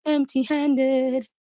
Empty-handed